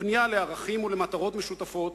פנייה לערכים ולמטרות משותפות,